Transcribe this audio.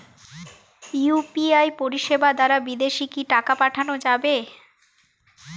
UPI পরিষেবা দারা বিদেশে কি টাকা পাঠানো যাবে?